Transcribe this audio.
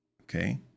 Okay